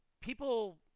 people